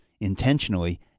intentionally